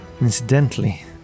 Incidentally